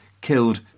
killed